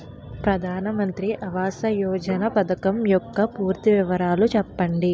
ప్రధాన మంత్రి ఆవాస్ యోజన పథకం యెక్క పూర్తి వివరాలు చెప్పండి?